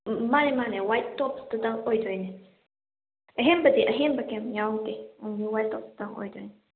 ꯎꯝ ꯎꯝ ꯃꯥꯅꯦ ꯃꯥꯅꯦ ꯋꯥꯏꯠ ꯇꯣꯞꯇꯨꯗ ꯑꯣꯏꯗꯣꯏꯅꯦ ꯑꯍꯦꯟꯕꯗꯤ ꯑꯍꯦꯟꯕ ꯀꯩꯝ ꯌꯥꯎꯗꯦ ꯑꯗꯣ ꯋꯥꯏꯠ ꯇꯣꯞꯇꯣ ꯑꯣꯏꯗꯣꯏꯅꯦ